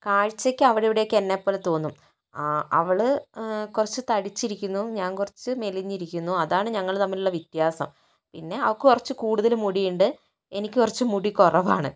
കാഴ്ചയ്ക്ക് അവടിവിടൊക്കെ എന്നെപ്പോലെ തോന്നും അവള് കുറച്ച് തടിച്ചിരിക്കുന്നു ഞാൻ കുറച്ച് മെലിഞ്ഞിരിക്കുന്നു അതാണ് ഞങ്ങള് തമ്മിലുള്ള വ്യത്യാസം പിന്നെ അവൾക്ക് കുറച്ചു കൂടുതല് മുടി ഉണ്ട് എനിക്ക് കുറച്ച് മുടി കുറവാണ്